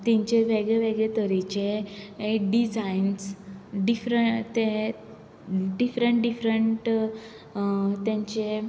तेंचे वेगळेवेगळे तरेचे डिजायन्स डिफरंट ते डिफरंट डिफरंट तेंचे